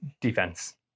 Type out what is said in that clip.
Defense